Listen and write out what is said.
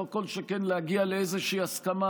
כל שכן להגיע לאיזושהי הסכמה,